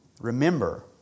remember